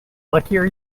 luckier